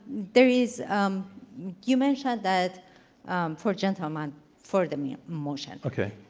there is um you mentioned that um for gentleman for the motion. okay.